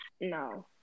no